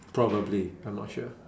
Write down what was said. probably I'm not sure